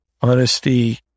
honesty